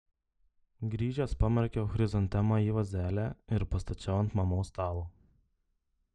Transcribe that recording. grįžęs pamerkiau chrizantemą į vazelę ir pastačiau ant mamos stalo